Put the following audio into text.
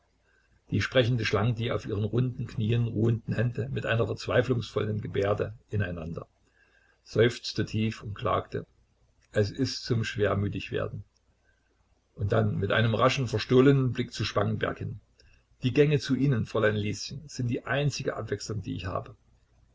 die sprechende schlang die auf ihren runden knien ruhenden hände mit einer verzweiflungsvollen gebärde in einander seufzte tief und klagte es ist zum schwermütigwerden und dann mit einem raschen verstohlenen blick zu spangenberg hin die gänge zu ihnen fräulein lieschen sind die einzige abwechslung die ich habe